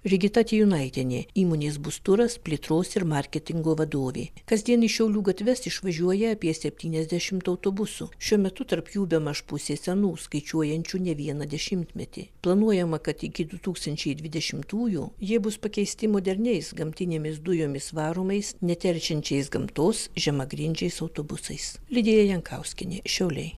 rigita tijūnaitienė įmonės busturas plėtros ir marketingo vadovė kasdien į šiaulių gatves išvažiuoja apie septyniasdešimt autobusų šiuo metu tarp jų bemaž pusė senų skaičiuojančių ne vieną dešimtmetį planuojama kad iki du tūkstančiai dvidešimtųjų jie bus pakeisti moderniais gamtinėmis dujomis varomais neteršiančiais gamtos žemagrindžiais autobusais lidija jankauskienė šiauliai